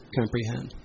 comprehend